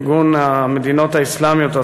ארגון המדינות האסלאמיות,